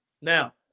Now